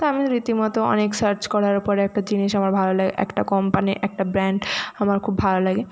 তো আমি রীতিমতো অনেক সার্চ করার পর একটা জিনিস আমার ভালো লাগে একটা কম্পানি একটা ব্র্যান্ড আমার খুব ভালো লাগে